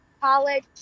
College